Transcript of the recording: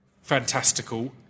fantastical